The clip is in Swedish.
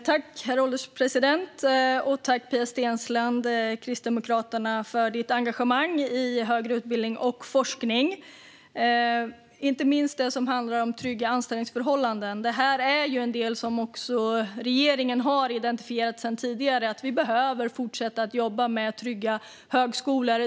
Herr ålderspresident! Tack, Pia Steensland från Kristdemokraterna, för engagemanget i högre utbildning och forskning, inte minst när det handlar om trygga anställningsförhållanden. Regeringen har sedan tidigare identifierat att vi behöver fortsätta att jobba med trygga högskolor.